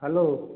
hello